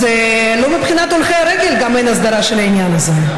אז גם מבחינת הולכי הרגל אין הסדרה של העניין הזה,